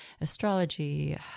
astrology